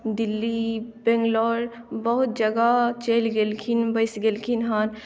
दिल्ली बंगलौर बहुत जगह चलि गेलखिन बसि गेलखिन हँ